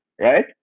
right